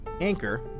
Anchor